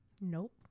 nope